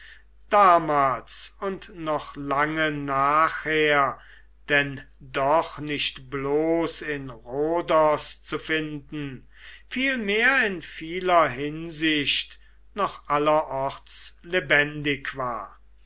damals und noch lange nachher denn doch nicht bloß in rhodos zu finden vielmehr in vieler hinsicht noch allerorts lebendig war